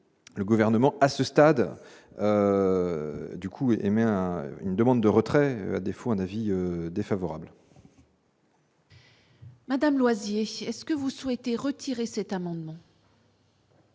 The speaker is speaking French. le gouvernement, à ce stade. Du coup, et même une demande de retrait, à défaut, un avis défavorable. Madame Loisy est-ce que vous souhaitez retirer cet amendement.